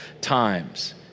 times